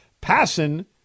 passing